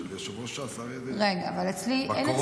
של יושב-ראש ש"ס אריה דרעי, בקורונה.